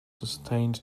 sustained